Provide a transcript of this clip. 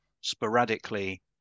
sporadically